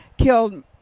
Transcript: killed